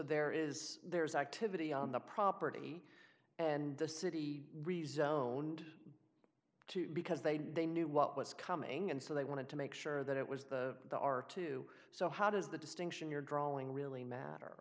there is there is activity on the property and the city rezoned too because they they knew what was coming and so they wanted to make sure that it was the there are two so how does the distinction you're drawing really matter